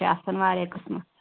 چھِ آسان واریاہ قٕسمہٕ